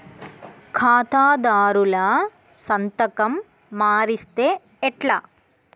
ఖాతాదారుల సంతకం మరిస్తే ఎట్లా?